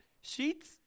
Sheets